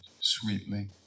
sweetly